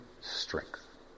strength